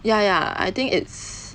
ya ya I think it's